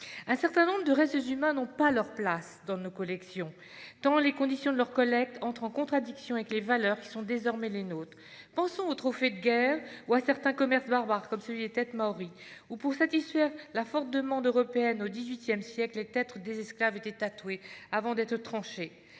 Un certain nombre de restes humains n'ont pas leur place dans nos collections tant les conditions de leur collecte entrent en contradiction avec les valeurs qui sont désormais les nôtres. Pensons aux trophées de guerre ou à certains commerces barbares, comme celui des têtes maories. Pour satisfaire la forte demande européenne au XVIII siècle, les têtes des esclaves étaient tatouées avant d'être tranchées.